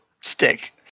stick